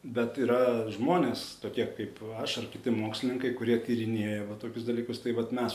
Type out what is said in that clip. bet yra žmonės tokie kaip aš ar kiti mokslininkai kurie tyrinėja va tokius dalykus tai vat mes